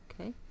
Okay